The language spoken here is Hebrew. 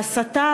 ההסתה,